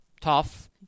tough